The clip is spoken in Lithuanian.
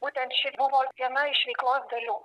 būtent ši buvo viena iš veiklos dalių